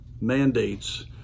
mandates